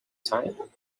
time